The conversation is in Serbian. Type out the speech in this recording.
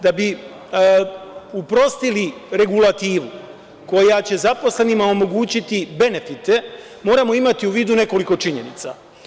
Da bi u prostili regulativu, koja će zaposlenima omogućiti benifite, moramo imati u vidu nekoliko činjenica.